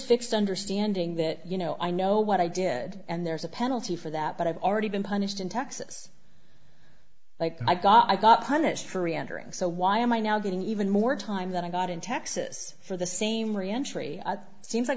fixed understanding that you know i know what i did and there's a penalty for that but i've already been punished in texas like i got i got punished for reentering so why am i now getting even more time that i got in texas for the same re entry seems like